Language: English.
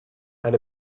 and